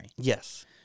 Yes